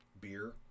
beer